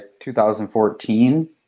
2014